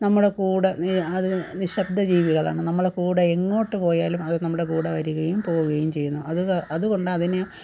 നമ്മുടെ കൂടെ അത് നിശബ്ദ ജീവികളാണ് നമ്മളെ കൂടെ എങ്ങോട്ട് പോയാലും അത് നമ്മുടെ കൂടെ വരികയും പോവുകയും ചെയ്യുന്നു അത് അതുകൊണ്ട് അതിന്